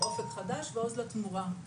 אופק חדש ועוז לתמורה.